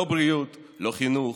לא בריאות, לא חינוך,